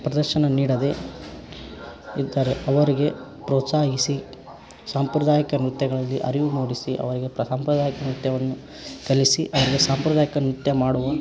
ಪ್ರದರ್ಶನ ನೀಡದೇ ಇದ್ದರೆ ಅವರಿಗೆ ಪ್ರೋತ್ಸಾಹಿಸಿ ಸಾಂಪ್ರದಾಯಿಕ ನೃತ್ಯಗಳಲ್ಲಿ ಅರಿವು ಮೂಡಿಸಿ ಅವರಿಗೆ ಸಾಂಪ್ರದಾಯಿಕ ನೃತ್ಯವನ್ನು ಕಲಿಸಿ ಅವರಿಗೆ ಸಾಂಪ್ರದಾಯಿಕ ನೃತ್ಯ ಮಾಡುವ